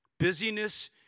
Busyness